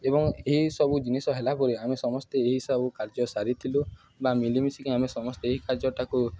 ଏବଂ ଏହିସବୁ ଜିନିଷ ହେଲା ପରେ ଆମେ ସମସ୍ତେ ଏହିସବୁ କାର୍ଯ୍ୟ ସାରିଥିଲୁ ବା ମଲିମିଶିକି ଆମେ ସମସ୍ତେ ଏହି କାର୍ଯ୍ୟଟାକୁ